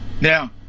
Now